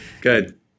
Good